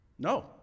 No